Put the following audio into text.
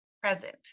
present